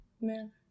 man